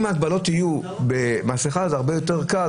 אם ההגבלות יהיו עם מסכה זה הרבה יותר קל